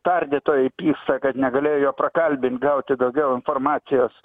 tardytojai pyksta kad negalėjo jo prakalbint gauti daugiau informacijos